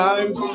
Times